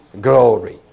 glory